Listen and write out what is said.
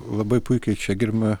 labai puikiai čia gerbiama